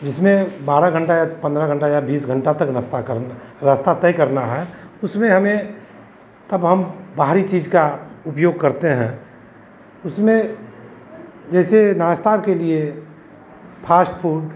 जिसमें बारह घन्टा या तो पन्द्रह घन्टा या बीस घन्टा तक नस्ता करना रास्ता तय करना है उसमें हमें तब हम बाहरी चीज़ का उपयोग करते हैं उसमें जैसे नास्ता के लिए फ़ास्ट फ़ूड